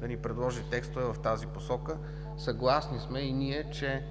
да ни предложи текстове в тази посока. И ние сме съгласни, че